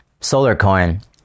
SolarCoin